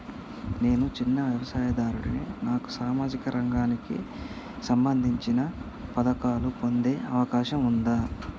నేను చిన్న వ్యవసాయదారుడిని నాకు సామాజిక రంగానికి సంబంధించిన పథకాలు పొందే అవకాశం ఉందా?